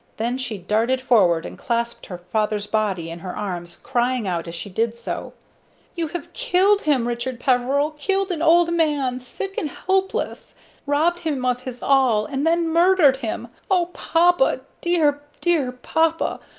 then she darted forward and clasped her father's body in her arms, crying out as she did so you have killed him, richard peveril killed an old man, sick and helpless robbed him of his all, and then murdered him! oh, papa dear, dear papa!